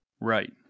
Right